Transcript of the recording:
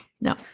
No